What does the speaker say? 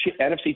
NFC